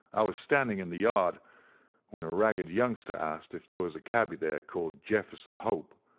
i was standing in the yard when a ragged youngster asked if there was a cabby there called jefferson hope,